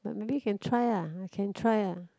but maybe you can try ah I can try ah